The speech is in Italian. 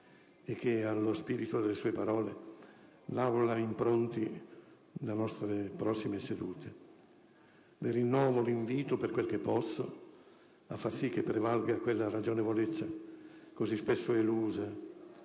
e che allo spirito delle sue parole l'Aula impronti le nostre prossime sedute. Rinnovo l'invito, per quel che posso, a far sì che prevalga quella ragionevolezza così spesso elusa,